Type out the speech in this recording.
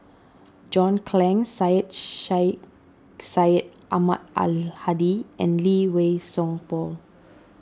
John Clang Syed Sheikh Syed Ahmad Al Hadi and Lee Wei Song Paul